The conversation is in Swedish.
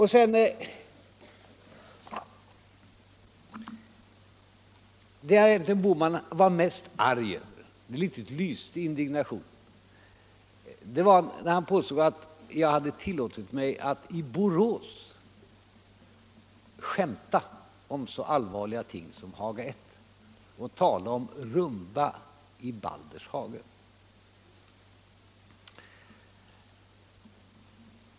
Herr Bohman var egentligen mest arg — det riktigt lyste av indignation — när han påstod att jag hade tillåtit mig att i Borås skämta om så allvarliga ting som Haga I och tala om rumba i Balders hage.